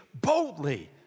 boldly